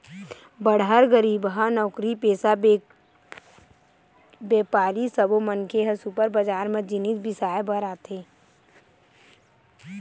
बड़हर, गरीबहा, नउकरीपेसा, बेपारी सब्बो मनखे ह सुपर बजार म जिनिस बिसाए बर आथे